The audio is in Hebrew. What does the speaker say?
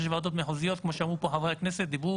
יש ועדות מחוזיות, כמו שאמרו פה חברי הכנסת, דיברו